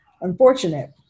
Unfortunate